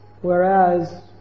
Whereas